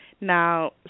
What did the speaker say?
Now